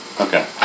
Okay